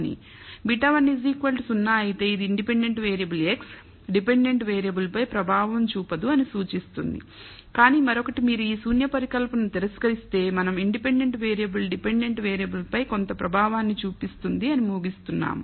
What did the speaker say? β1 0 అయితే ఇది independent variable x dependent వేరియబుల్పై ప్రభావం చూపదు అని సూచిస్తుంది కానీ మరొకటి మీరు ఈ శూన్య పరికల్పనను తిరస్కరిస్తే మనం ఇండిపెండెంట్ వేరియబుల్ డిపెండెంట్ వేరియబుల్పై కొంత ప్రభావాన్ని చూపుతుంది అని ముగిస్తున్నాము